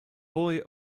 boy